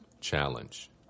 challenge